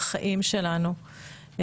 לחיים שלנו,